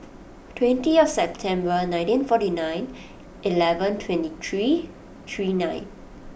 twenty of September nineteen forty nine eleven twenty three three nine